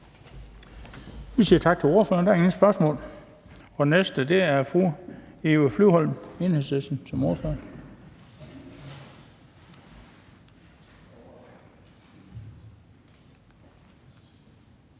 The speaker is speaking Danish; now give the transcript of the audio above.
Vi siger tak til ordføreren. Der er ingen spørgsmål. Og den næste er fru Eva Flyvholm, Enhedslisten, som ordfører.